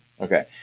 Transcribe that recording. Okay